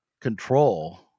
control